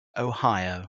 ohio